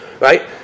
Right